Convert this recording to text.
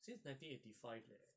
since nineteen eighty five leh